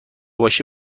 باشی